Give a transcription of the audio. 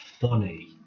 funny